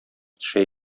төшә